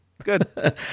good